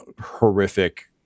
horrific